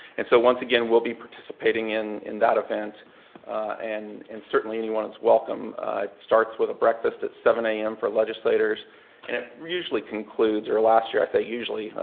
and so once again, we'll be participating in in that event and and certainly anyone is welcome. it starts with a breakfast at seven a m. for legislators and it usually concludes, or last year i say usually.